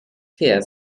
fair